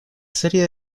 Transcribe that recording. serie